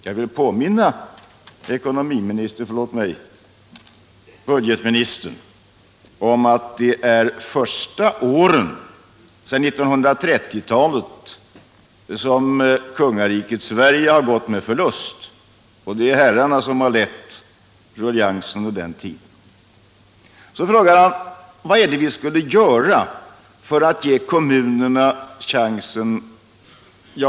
Jag vill påminna budgetministern om att det är första gången sedan 1930-talet som konungariket Sverige har gått med förlust. Det är herrarna som har lett ruljangsen under den tiden. Ingemar Mundcebo frågade vad vi skall göra för att ge kommunerna en chans.